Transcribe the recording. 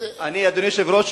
אדוני היושב-ראש,